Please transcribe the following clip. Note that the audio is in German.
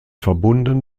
verbunden